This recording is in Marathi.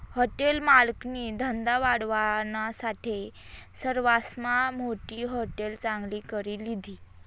हॉटेल मालकनी धंदा वाढावानासाठे सरवासमा मोठी हाटेल चांगली करी लिधी